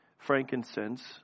frankincense